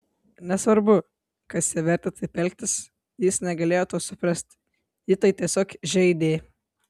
nesvarbu kas ją vertė taip elgtis jis negalėjo to suprasti jį tai tiesiog žeidė